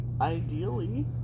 ideally